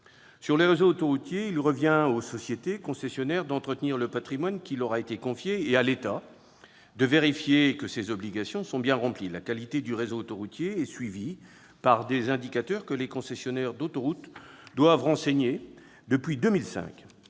est du réseau autoroutier, il revient aux sociétés concessionnaires d'entretenir le patrimoine qui leur a été confié et à l'État de vérifier que leurs obligations sont bien remplies. La qualité du réseau autoroutier est suivie grâce à des indicateurs que les concessionnaires d'autoroutes doivent renseigner depuis 2005